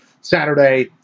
Saturday